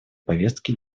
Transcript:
повестки